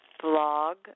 Blog